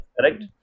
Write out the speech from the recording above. correct